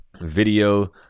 video